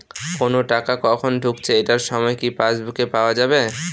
কোনো টাকা কখন ঢুকেছে এটার সময় কি পাসবুকে পাওয়া যাবে?